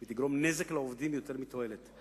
היא תגרום לעובדים יותר נזק מתועלת.